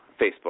Facebook